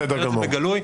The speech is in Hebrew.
אני אומר את זה בגלוי,